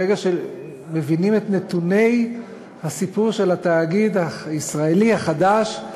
ברגע שמבינים את נתוני הסיפור של התאגיד הישראלי החדש,